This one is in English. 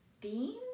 dean